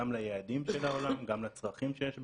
גם ליעדים של העולם, גם לצרכים שיש בעולם,